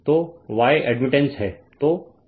तो Y admittance है